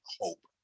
Hope